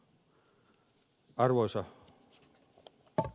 arvoisa puhemies